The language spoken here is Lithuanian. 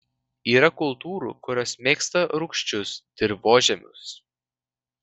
yra kultūrų kurios mėgsta rūgčius dirvožemius